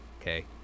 okay